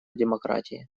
демократии